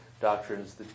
doctrines